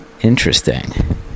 Interesting